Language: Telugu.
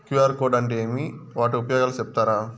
క్యు.ఆర్ కోడ్ అంటే ఏమి వాటి ఉపయోగాలు సెప్తారా?